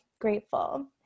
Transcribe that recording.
grateful